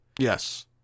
Yes